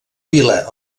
vila